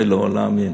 זה, לא להאמין.